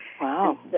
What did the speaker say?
Wow